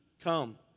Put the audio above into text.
come